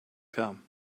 come